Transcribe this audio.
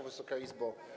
Wysoka Izbo!